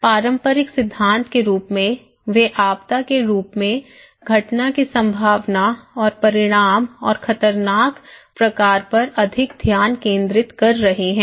अब पारंपरिक सिद्धांत के रूप में वे आपदा के रूप में घटना की संभावना और परिणाम और खतरनाक प्रकार पर अधिक ध्यान केंद्रित कर रहे हैं